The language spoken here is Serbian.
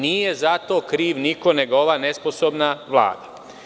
Nije zato kriv niko nego ova nesposobna Vlada.